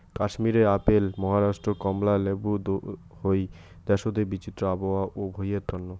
কাশ্মীরে আপেল, মহারাষ্ট্রে কমলা লেবু হই দ্যাশোত বিচিত্র আবহাওয়া ও ভুঁইয়ের তন্ন